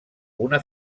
una